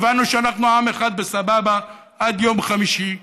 והבנו שאנחנו עם אחד בסבבה עד יום חמישי,